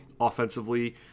offensively